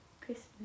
christmas